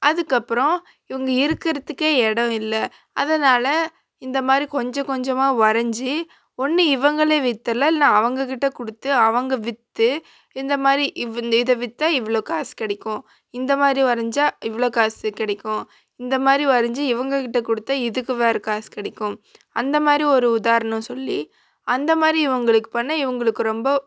அதுக்கப்புறம் இவங்க இருக்கிறத்துக்கே இடோம் இல்லை அதனால் இந்தமாதிரி கொஞ்ச கொஞ்சமாக வரைஞ்சி ஒன்று இவர்களே விற்றல்லாம் இல்லைன்னா அவங்கக்கிட்ட கொடுத்து அவங்க விற்று இந்தமாதிரி இவ் இதை விற்றா இவ்வளோ காசு கிடைக்கும் இந்தமாதிரி வரைஞ்சால் இவ்வளோ காசு கிடைக்கும் இந்தமாதிரி வரைஞ்சி இவங்கக்கிட்ட கொடுத்தா இதுக்கு வேற காசு கிடைக்கும் அந்தமாதிரி ஒரு உதாரணம் சொல்லி அந்தமாதிரி இவங்களுக்கு பண்ணால் இவங்களுக்கு ரொம்ப